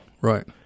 right